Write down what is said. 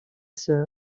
sœur